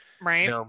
right